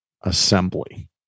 assembly